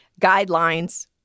guidelines